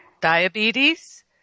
diabetes